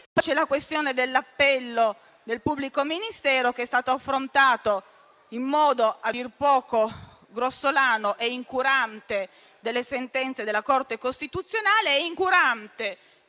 c'è la questione dell'appello del pubblico ministero, che è stato affrontato in modo a dir poco grossolano e incurante delle sentenze della Corte costituzionale e finanche